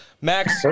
Max